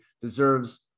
deserves